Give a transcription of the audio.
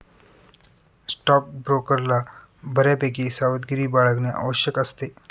स्टॉकब्रोकरला बऱ्यापैकी सावधगिरी बाळगणे आवश्यक असते